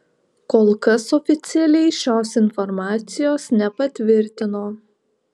kol kas oficialiai šios informacijos nepatvirtino